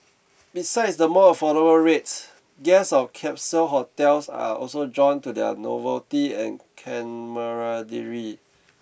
besides the more affordable rates guests of capsule hotels are also drawn to their novelty and camaraderie